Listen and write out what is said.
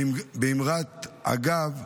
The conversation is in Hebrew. באמרת אגב,